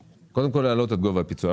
קודם כול, להעלות את גובה הפיצוי.